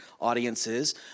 audiences